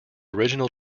original